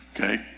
okay